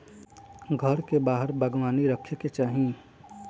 घर के बाहर बागवानी रखे के चाही